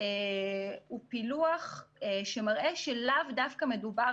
הוא פילוח שמראה שלאו דווקא מדובר